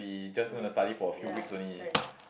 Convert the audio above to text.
very good ya fine